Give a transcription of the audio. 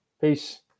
Peace